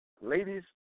ladies